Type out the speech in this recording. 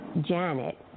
Janet